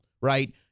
right